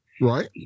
right